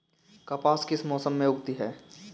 कपास किस मौसम में उगती है?